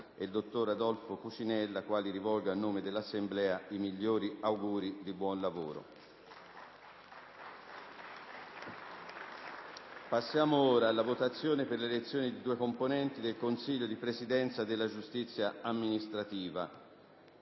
e il dottor Adolfo Cucinella, ai quali rivolgo, a nome dell'Assemblea, i migliori auguri di buon lavoro. *(Generali applausi).* Passiamo ora alla votazione per l'elezione di due componenti del Consiglio di Presidenza della Giustizia amministrativa,